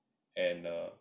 and uh